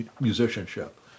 musicianship